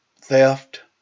theft